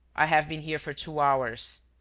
i have been here for two hours.